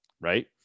right